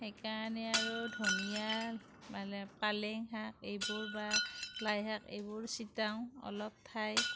সেইকাৰণে আৰু ধনিয়া মানে পালেং শাক এইবোৰ বা লাইশাক এইবোৰ চিটাওঁ অলপ ঠাই